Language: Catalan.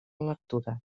lectura